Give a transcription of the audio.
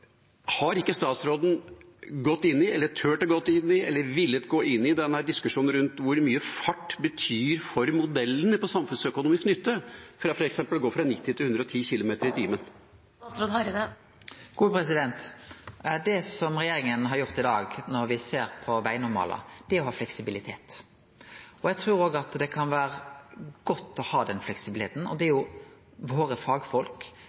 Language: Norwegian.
ikke statsråden gått inn i, turt å gå inn i eller villet gå inn i diskusjonen rundt hvor mye fart betyr for modellene på samfunnsøkonomisk nytte, f.eks. å gå fra 90 km/t til 110 km/t? Det regjeringa har gjort i dag, når me ser på vegnormalar, er å ha fleksibilitet. Eg trur òg det kan vere godt å ha den fleksibiliteten. Det er jo fagfolka våre